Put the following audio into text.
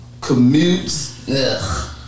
commutes